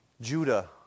Judah